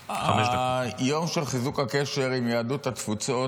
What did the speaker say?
יום חיזוק הקשר עם יהדות התפוצות